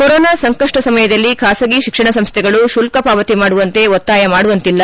corona ಸಂಕಷ್ಟ ಸಮಯದಲ್ಲಿ ಖಾಸಗಿ ಶಿಕ್ಷಣ ಸಂಸ್ಥೆಗಳು ಶುಲ್ಲ ಪಾವತಿ ಮಾಡುವಂತೆ ಒತ್ತಾಯ ಮಾಡುವಂತಿಲ್ಲ